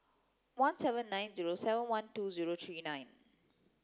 one seven nine zero seven one two zero three nine